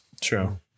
True